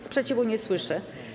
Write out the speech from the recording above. Sprzeciwu nie słyszę.